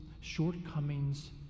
shortcomings